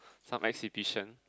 some exhibition